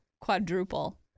quadruple